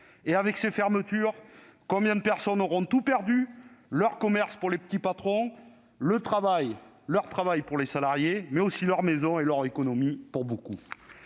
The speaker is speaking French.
de ces fermetures, combien de personnes auront tout perdu, leur commerce pour les petits patrons, leur travail pour les salariés, mais aussi leur maison et leurs économies pour beaucoup